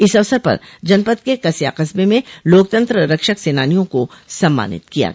इस अवसर पर जनपद के कसया कस्बे में लोकतंत्र रक्षक सेनानियों को सम्मानित किया गया